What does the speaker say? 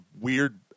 weird